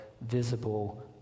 visible